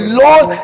lord